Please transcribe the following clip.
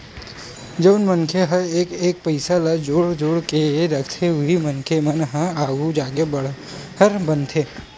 जउन मनखे ह एक एक पइसा ल जोड़ जोड़ के रखथे उही मनखे मन ह आघु जाके बड़हर बनथे